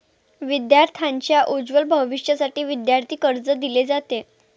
विद्यार्थांच्या उज्ज्वल भविष्यासाठी विद्यार्थी कर्ज दिले जाते